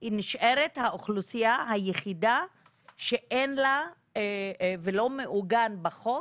היא נשארת האוכלוסייה היחידה שלא מעוגנת בחוק